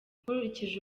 nkurikije